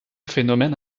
phénomène